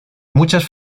muchas